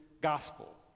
gospel